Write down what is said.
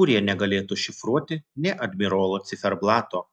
kurie negalėtų šifruoti nė admirolo ciferblato